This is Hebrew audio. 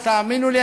ותאמינו לי,